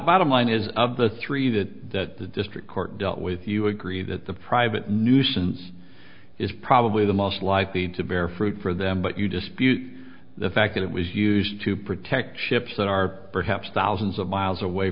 bottom line is of the three that that the district court dealt with you agree that the private nuisance is probably the most likely to bear fruit for them but you dispute the fact that it was used to protect ships that are perhaps thousands of miles away